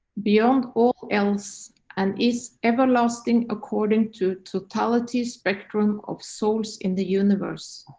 beyond all else and is everlasting according to totality's spectrum of souls in the universe.